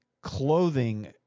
clothing